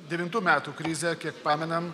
devintų metų krizę kiek pamenam